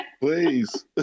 please